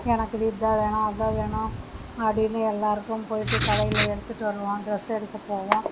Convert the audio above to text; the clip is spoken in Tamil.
எனக்கு இதான் வேணும் அதான் வேணும் அப்படின்னு எல்லாருக்கும் போயிட்டு கடையில் எடுத்துட்டு வருவோம் ட்ரெஸ் எடுக்கப் போவோம்